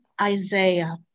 Isaiah